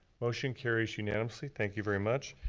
motion carries unanimously, thank you very much.